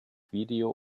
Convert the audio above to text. video